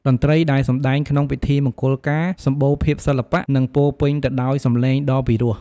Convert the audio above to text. តន្រ្ដីដែលសម្ដែងក្នុងពិធីមង្គលការ សម្បូរភាពសិល្បៈ និង ពោរពេញទៅដោយសម្លេងដ៏ពិរោះ។